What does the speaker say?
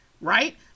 right